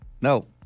No